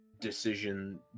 decision